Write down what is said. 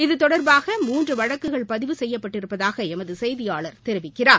இது தொடர்பாக மூன்று வழக்குகள் பதிவு செய்யப்பட்டிருப்பதாக எமது செய்தியாளர் தெரிவிக்கிறார்